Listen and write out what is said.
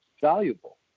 valuable